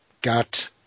got